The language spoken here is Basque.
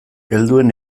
helduen